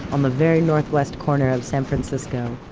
on the very northwest corner of san francisco.